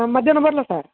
ಮಧ್ಯಾಹ್ನ ಬರಲಾ ಸರ್